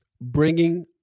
bringing